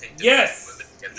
Yes